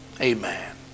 amen